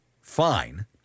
fine